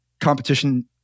competition